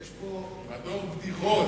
יש פה מדור בדיחות,